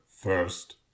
first